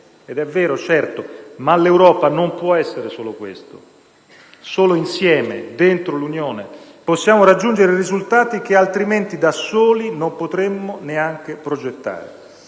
Ed è vero, certo, ma l'Europa non può essere soltanto questo. Solo insieme, dentro l'Unione, possiamo raggiungere risultati che altrimenti, da soli, non potremmo neanche progettare.